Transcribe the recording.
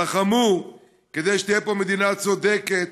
שלחמו כדי שתהיה פה מדינה צודקת,